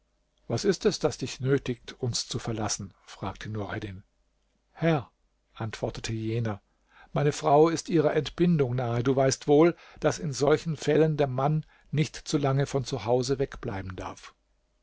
was ist es das dich nötigt uns zu verlassen fragte nureddin herr antwortete jener meine frau ist ihrer entbindung nahe du weißt wohl daß in solchen fällen der mann nicht zu lange von zu hause wegbleiben darf